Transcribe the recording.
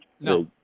No